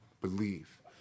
believe